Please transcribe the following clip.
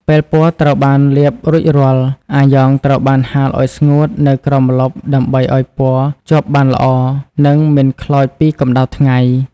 ពេលពណ៌ត្រូវបានលាបរួចរាល់ អាយ៉ងត្រូវបានហាលឱ្យស្ងួតនៅក្រោមម្លប់ដើម្បីឱ្យពណ៌ជាប់បានល្អនិងមិនខ្លោចពីកម្តៅថ្ងៃ។